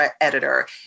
editor